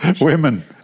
Women